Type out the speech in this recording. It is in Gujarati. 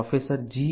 પ્રોફેસર જી